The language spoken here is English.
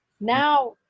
Now